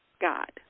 God